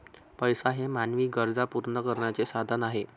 पैसा हे मानवी गरजा पूर्ण करण्याचे साधन आहे